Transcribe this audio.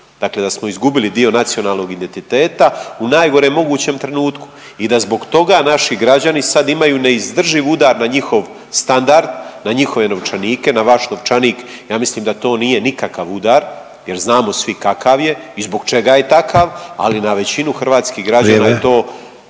dakle da smo izgubili dio nacionalnog identiteta u najgorem mogućem trenutku i da zbog toga naši građani imaju neizdrživ udar na njihov standard, na njihove novčanike, na vaš novčanik, ja mislim da to nije nikakav udar jer znamo svi kakav je i zbog čega je takav, ali na većinu hrvatskih građana je to